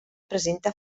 presenta